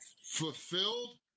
Fulfilled